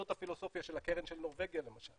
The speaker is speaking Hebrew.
זאת הפילוסופיה של הקרן של נורבגיה למשל,